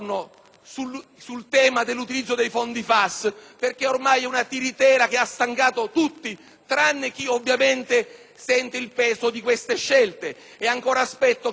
sul tema dell'utilizzo dei fondi FAS, perché si tratta di una tiritera che ormai ha stancato tutti, tranne chi ovviamente sente il peso di queste scelte.